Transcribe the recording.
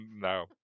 no